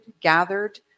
gathered